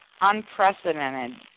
unprecedented